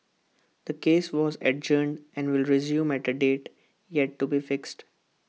the case was adjourned and will resume at A date yet to be fixed